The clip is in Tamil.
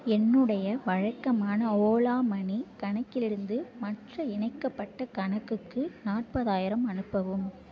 என்னுடைய வழக்கமான ஓலா மனி கணக்கிலிருந்து மற்ற இணைக்கப்பட்ட கணக்குக்கு நாற்பதாயிரம் அனுப்பவும்